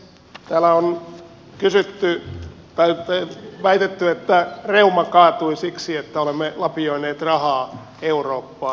täällä on väitetty että reuma kaatui siksi että olemme lapioineet rahaa eurooppaan